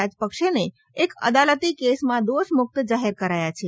રાજપક્ષેને એક અદાલતી કેસમાં દોષમુક્ત જાહેર કરાયા છે